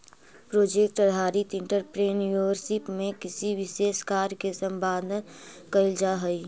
project आधारित entrepreneurship में किसी विशेष कार्य के संपादन कईल जाऽ हई